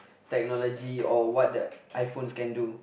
technology or what the iPhones can do